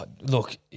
Look